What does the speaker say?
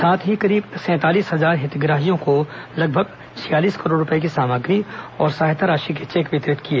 साथ ही करीब सैंतालीस हजार हितग्राहियों को लगभग छियालीस करोड़ रूपये की सामग्री और सहायता राशि के चेक वितरित किए